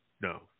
no